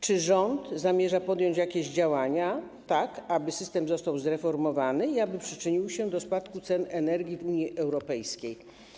Czy rząd zamierza podjąć jakieś działania, tak aby system został zreformowany i aby przyczynił się do spadku cen energii w Unii Europejskiej?